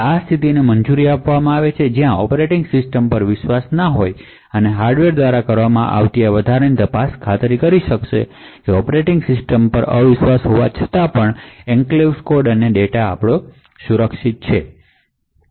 તે આ સ્થિતિને મંજૂરી આપે છે કે જ્યાં ઓપરેટિંગ સિસ્ટમ પર વિશ્વાસ ન હોય અને હાર્ડવેર દ્વારા કરવામાં આવતી વધારાની તપાસ ખાતરી કરશે કે ઓપરેટિંગ સિસ્ટમ અવિશ્વાસ હોવા છતાં પણ એન્ક્લેવ્સ કોડ અને ડેટા સુરક્ષિત રાખવામાં આવશે